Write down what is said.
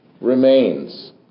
remains